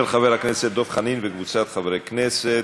של חבר הכנסת דב חנין וקבוצת חברי הכנסת.